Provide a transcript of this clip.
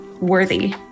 worthy